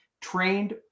trained